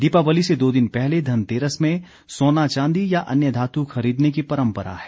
दीपावली से दो दिन पहले धनतेरस में सोना चांदी या अन्य धातु खरीदने की परंपरा है